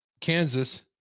Kansas